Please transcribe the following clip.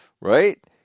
Right